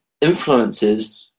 influences